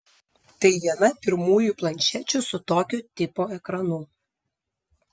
tai viena pirmųjų planšečių su tokio tipo ekranu